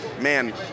man